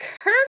kirk